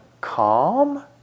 calm